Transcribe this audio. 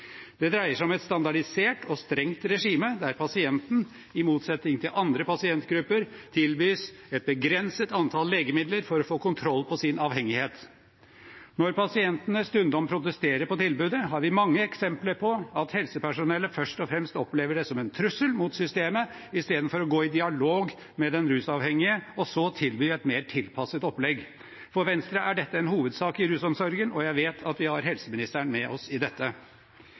Det dreier seg om et standardisert og strengt regime der pasienten, i motsetning til andre pasientgrupper, tilbys et begrenset antall legemidler for å få kontroll på sin avhengighet. Når pasientene stundom protesterer på tilbudet, har vi mange eksempler på at helsepersonellet først og fremst opplever det som en trussel mot systemet, i stedet for å gå i dialog med den rusavhengige og så tilby et mer tilpasset opplegg. For Venstre er dette en hovedsak i rusomsorgen, og jeg vet at vi har helseministeren med oss i dette.